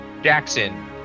Jackson